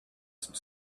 some